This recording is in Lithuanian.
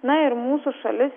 na ir mūsų šalis